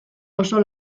oso